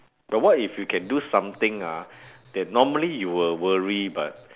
but what if you can do something ah that normally you will worry but